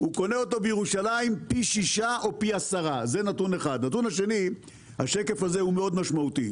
הוא קונה אותו בירושלים פי שש או פי 10. השקף הזה מאוד משמעותי,